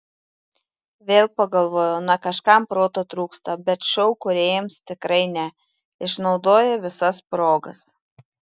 vėl pagalvojau na kažkam proto trūksta bet šou kūrėjams tikrai ne išnaudoja visas progas